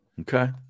Okay